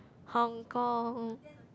Hong Kong